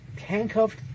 handcuffed